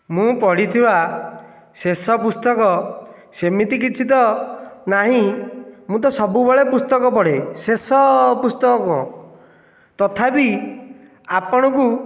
ମୁଁ ପଢ଼ିଥିବା ଶେଷ ପୁସ୍ତକ ସେମିତି କିଛି ତ ନାହିଁ ମୁଁ ତ ସବୁବେଳେ ପୁସ୍ତକ ପଢ଼େ ଶେଷ ପୁସ୍ତକ କ'ଣ ତଥାପି ଆପଣଙ୍କୁ